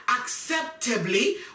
acceptably